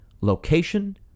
location